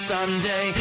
Sunday